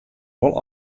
wol